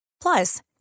plus